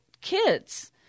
kids